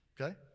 okay